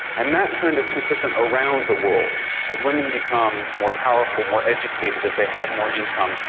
and that trend is consistent around the world as women become more powerful, more educated, as they have more income.